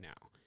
now